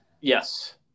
yes